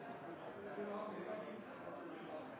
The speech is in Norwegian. Jeg ser